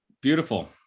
beautiful